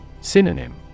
Synonym